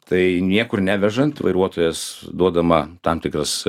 tai niekur nevežant vairuotojas duodama tam tikras